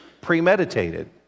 Premeditated